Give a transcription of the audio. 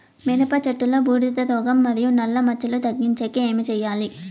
మిరప చెట్టులో బూడిద రోగం మరియు నల్ల మచ్చలు తగ్గించేకి ఏమి చేయాలి?